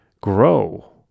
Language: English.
grow